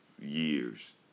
years